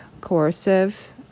coercive